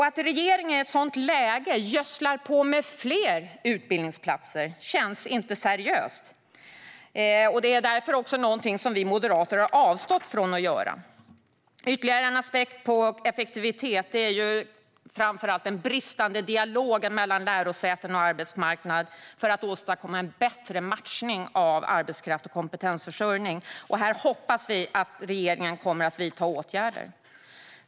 Att regeringen i ett sådant läge gödslar på med fler utbildningsplatser känns inte seriöst. Det har vi moderater avstått från att göra. Ytterligare en aspekt på effektivitet är framför allt den bristande dialogen mellan lärosäten och arbetsmarknad för att åstadkomma en bättre matchning av arbetskraft och kompetensförsörjning. Här hoppas vi att regeringen kommer att vidta åtgärder.